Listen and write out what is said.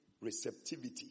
receptivity